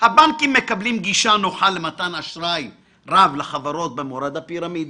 הבנקים מקבלים גישה נוחה למתן אשראי רב לחברות במורד הפירמידה.